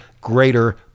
greater